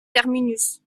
terminus